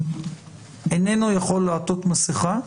איננו יכול לעטות מסכה,